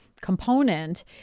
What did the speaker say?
component